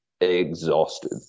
exhausted